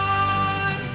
on